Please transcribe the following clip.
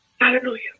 Hallelujah